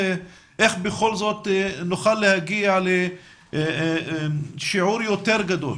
איך בכל זאת נוכל להגיע לשיעור יותר גדול